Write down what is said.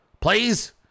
please